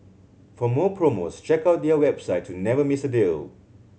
for more promos check out their website to never miss a deal